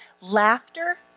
Laughter